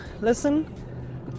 listen